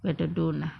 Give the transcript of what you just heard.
better don't lah